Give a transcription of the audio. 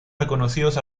reconocidos